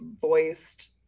voiced